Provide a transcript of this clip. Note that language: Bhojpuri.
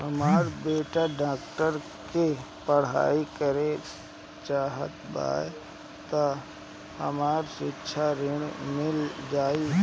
हमर बेटा डाक्टरी के पढ़ाई करेके चाहत बा त हमरा शिक्षा ऋण मिल जाई?